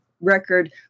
record